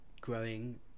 growing